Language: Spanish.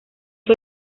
fue